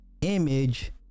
image